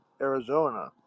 Arizona